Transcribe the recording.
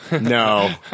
No